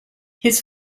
his